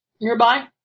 nearby